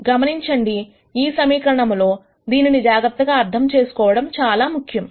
గమనించండి ఈ సమీకరణము లో దీనిని జాగ్రత్తగా అర్థం చేసుకోవడం చాలా ముఖ్యం